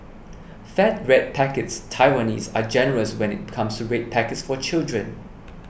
fat red packets Taiwanese are generous when it comes to red packets for children